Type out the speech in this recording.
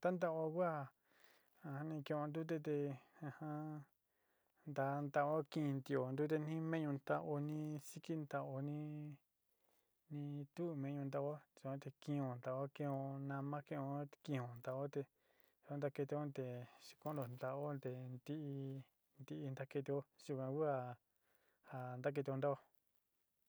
Tantaó ku ja ja a ni kin'o ntute te te tan tao kin tí'o ntute jin meñu ni siki ntaoni tu meñu ntao a yuan te kin'ó ntaó kin'ó náma kin'ó te kin'ó ntao te kenta kiti un te xiko nu ntaó te ntií ntakitío yuan kua ja ja ntakitio ntaó.